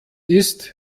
ist